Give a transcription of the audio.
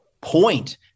point